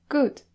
Good